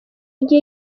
gihe